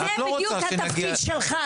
זה בדיוק התפקיד שלך,